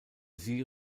sie